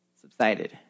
subsided